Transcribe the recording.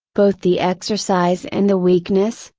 both the exercise and the weakness,